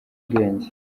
bwenge